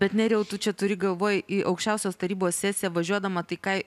bet nerijau tu čia turi galvoj į aukščiausios tarybos sesiją važiuodama tai ką